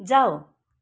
जाऊ